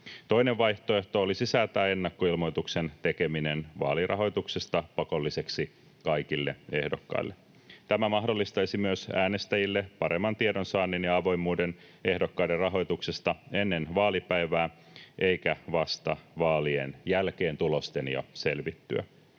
Toinen vaihtoehto olisi säätää ennakkoilmoituksen tekeminen vaalirahoituksesta pakolliseksi kaikille ehdokkaille. Tämä mahdollistaisi myös äänestäjille paremman tiedonsaannin ja avoimuuden ehdokkaiden rahoituksesta ennen vaalipäivää eikä vasta vaalien jälkeen tulosten jo selvittyä.